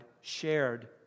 shared